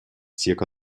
zirka